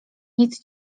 nic